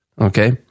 okay